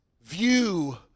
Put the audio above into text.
view